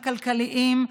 הכלכליים,